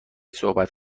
صحبت